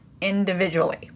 individually